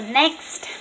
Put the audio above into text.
next